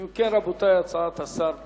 אם כן, רבותי, הצעת השר ברורה.